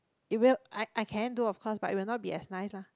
even I I can do of course but it will not be as nice lah